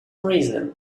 reason